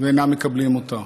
ואינם מקבלים אותה.